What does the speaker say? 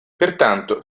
pertanto